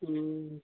ఇ